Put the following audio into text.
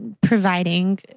providing